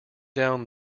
down